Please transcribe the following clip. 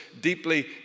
deeply